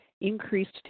increased